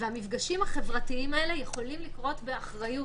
המפגשים החברתיים האלה יכולים לקרות באחריות.